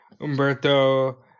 Umberto